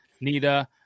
Nita